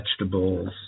vegetables